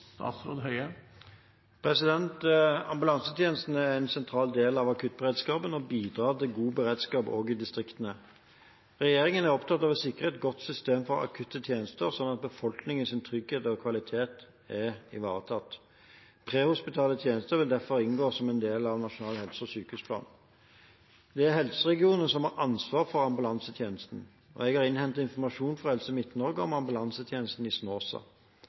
Ambulansetjenesten er en sentral del av akuttberedskapen og bidrar til god beredskap, også i distriktene. Regjeringen er opptatt av å sikre et godt system for akutte tjenester, slik at befolkningens trygghet og kvalitet er ivaretatt. Prehospitale tjenester vil derfor inngå som en del av Nasjonal helse- og sykehusplan. Det er helseregionene som har ansvaret for ambulansetjenesten. Jeg har innhentet informasjon fra Helse Midt-Norge om ambulansetjenesten i Snåsa.